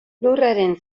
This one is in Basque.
lurraren